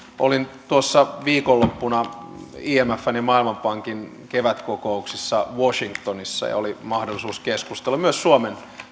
olin viikonloppuna imfn ja maailmanpankin kevätkokouksessa washingtonissa ja oli mahdollisuus keskustella myös suomen